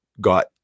got